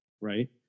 right